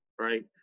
right